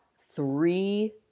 three